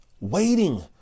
waiting